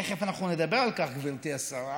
תכף אנחנו נדבר על כך, גברתי השרה,